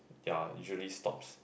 ya usually stops